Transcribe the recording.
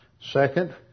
Second